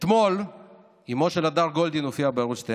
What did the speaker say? אתמול אימו של הדר גולדין הופיעה בערוץ 12